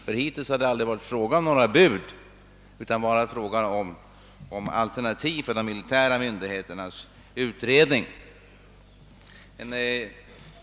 Det hade dittills inte varit fråga om några bud utan om alternativ för de militära myndigheternas utredning.